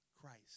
Christ